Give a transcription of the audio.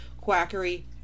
quackery